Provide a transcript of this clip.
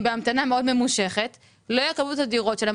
-- בהמתנה מאד ממושכת, לא יקבלו את הדירות שלהם.